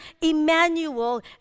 Emmanuel